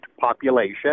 population